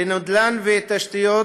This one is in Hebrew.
בנדל"ן ותשתיות,